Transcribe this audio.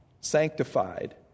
sanctified